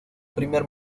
primer